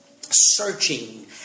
searching